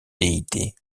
déité